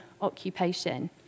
occupation